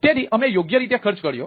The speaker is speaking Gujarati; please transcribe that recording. તેથી અમે યોગ્ય રીતે ખર્ચ કર્યો